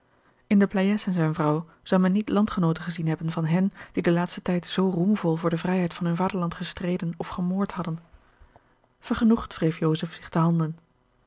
pleyes en zijne vrouw zou men niet landgenooten gezien hebben van hen die den laatsten tijd zoo roemvol voor de vrijheid van hun vaderland gestreden of gemoord hadden vergenoegd wreef joseph zich de handen